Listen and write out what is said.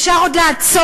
אפשר עוד לעצור,